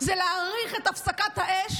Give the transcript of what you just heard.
הוא להאריך את הפסקת האש